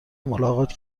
ملاقات